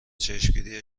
چشمگیری